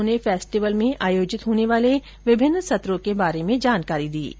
उन्होंने फेस्टिवल में आयोजित होने वाले विभिन्न सत्रों की जानकारी दी